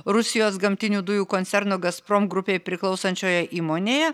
rusijos gamtinių dujų koncerno gazprom grupei priklausančioje įmonėje